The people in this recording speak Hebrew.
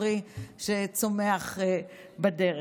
הפרי שצומח בדרך.